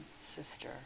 sister